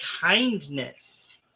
kindness